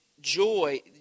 joy